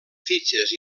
fitxes